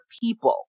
people